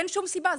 אין שום סיבה.